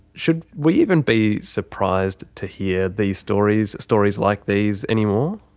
should we even be surprised to hear these stories, stories like these, anymore?